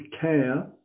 care